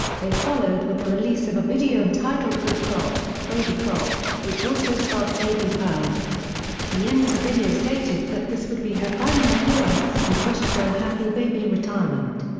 they followed with the release of a video entitled good cop, baby cop which also starred baby pearl the end of the video stated that this would be her final appearance and wished her a happy baby retirement.